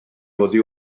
oddi